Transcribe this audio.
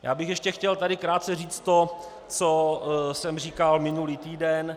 Já bych ještě chtěl tady krátce říct to, co jsem říkal minulý týden.